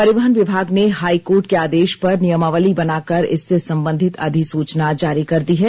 परिवहन विभाग ने हाईकोर्ट के आदेश पर नियमावली बनाकर इससे संबंधित अधिसूचना जारी कर दी है